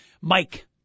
mike